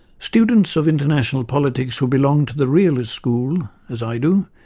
students of international politics who belong to the realist school, as i do,